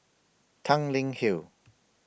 Tanglin Hill